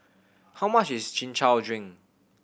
how much is Chin Chow drink